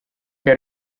che